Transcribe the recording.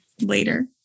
Later